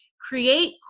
create